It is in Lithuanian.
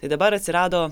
tai dabar atsirado